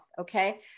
Okay